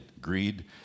greed